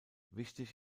wichtig